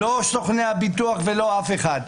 לא סוכני הביטוח ולא אף אחד.